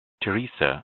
teresa